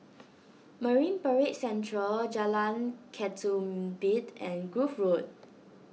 Marine Parade Central Jalan Ketumbit and Grove Road